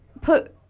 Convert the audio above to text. put